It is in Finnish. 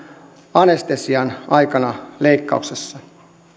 anestesian aikana leikkauksessa